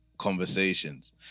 conversations